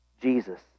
Jesus